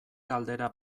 galdera